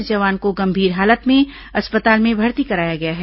इस जवान को गंभीर हालत में अस्पताल में भर्ती कराया गया है